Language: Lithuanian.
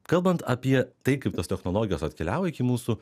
kalbant apie tai kaip tos technologijos atkeliavo iki mūsų